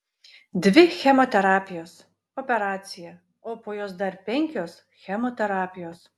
dvi chemoterapijos operacija o po jos dar penkios chemoterapijos